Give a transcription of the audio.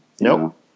Nope